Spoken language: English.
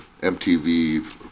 MTV